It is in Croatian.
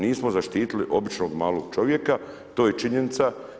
Nismo zaštitili običnog malog čovjeka to je činjenica.